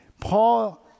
Paul